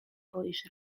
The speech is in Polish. boisz